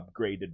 upgraded